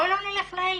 בואי לא נלך לאלה,